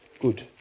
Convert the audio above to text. good